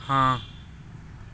हाँ